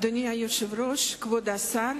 אדוני היושב-ראש, כבוד השר,